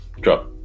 Drop